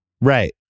right